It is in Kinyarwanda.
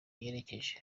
yerekeje